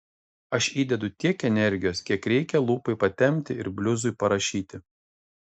aš įdedu tiek energijos kiek reikia lūpai patempti ir bliuzui parašyti